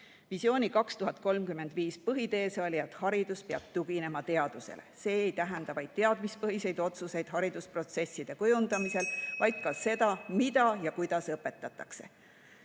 Visiooni 2035 üks põhiteese oli, et haridus peab tuginema teadusele. See ei tähenda vaid teadmispõhiseid otsuseid haridusprotsesside kujundamisel, vaid ka seda, mida ja kuidas õpetatakse.